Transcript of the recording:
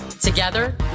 Together